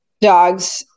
dogs